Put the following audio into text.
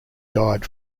died